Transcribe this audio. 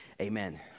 Amen